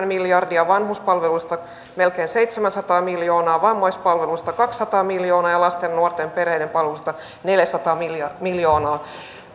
miljardia vanhuspalveluista melkein seitsemänsataa miljoonaa vammaispalveluista kaksisataa miljoonaa ja lasten nuorten ja perheiden palveluista neljäsataa miljoonaa miljoonaa